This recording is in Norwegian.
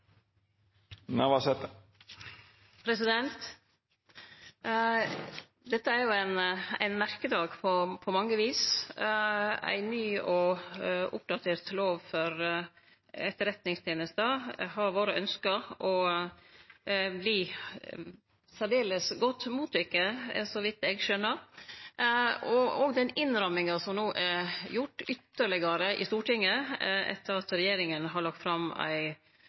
Dette er ein merkedag på mange vis. Ei ny og oppdatert lov for etterretningstenesta har vore ønskt og vert særdeles godt mottatt, så vidt eg skjønar, og det vert òg den ytterlegare innramminga som no er gjort i Stortinget etter at regjeringa har lagt fram